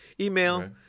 email